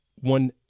one